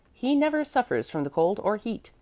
he never suffers from the cold or heat.